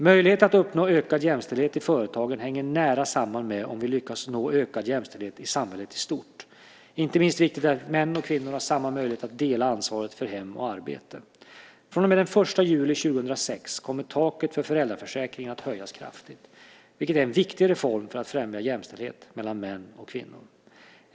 Möjligheten att uppnå ökad jämställdhet i företagen hänger nära samman med om vi lyckas nå ökad jämställdhet i samhället i stort. Inte minst viktigt är att män och kvinnor har samma möjligheter att dela ansvaret för hem och arbete. Från och med den 1 juli 2006 kommer taket för föräldraförsäkringen att höjas kraftigt, vilket är en viktig reform för att främja jämställdhet mellan män och kvinnor.